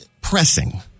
pressing